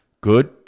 good